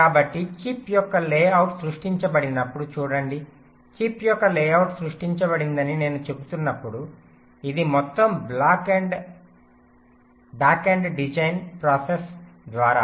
కాబట్టి చిప్ యొక్క లేఅవుట్ సృష్టించబడినప్పుడు చూడండి చిప్ యొక్క లేఅవుట్ సృష్టించబడిందని నేను చెప్పినప్పుడు ఇది మొత్తం బ్యాక్ ఎండ్ డిజైన్ ప్రాసెస్ ద్వారా